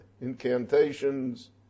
incantations